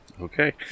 Okay